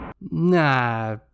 Nah